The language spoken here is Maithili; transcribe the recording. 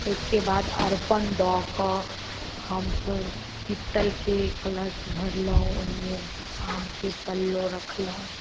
ओहिके बाद अरिपन दऽ कऽ हम से पित्तलके कलश भरलहुँ ओहिमे आमके पल्लव रखलहुँ